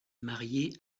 marié